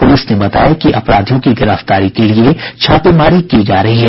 police ने बताया कि अपराधियों की गिरफ्तारी के लिए छापेमारी की जा रही है